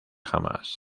jamás